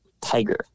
tiger